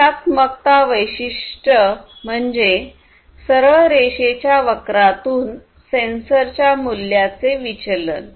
रेषात्मकता वैशिष्ट्य म्हणजे सरळ रेषेच्या वक्रातून सेन्सरच्या मूल्याचे विचलन